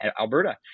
Alberta